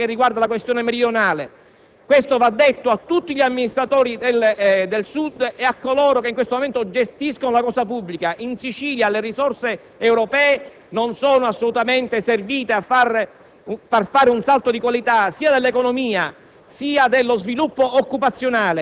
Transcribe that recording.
per smetterla di assistere a questo aspetto della questione meridionale. Va detto a tutti gli amministratori del Sud e a coloro che in questo momento gestiscono la cosa pubblica. In Sicilia le risorse europee non sono assolutamente servite a far fare un salto di qualità né all'economia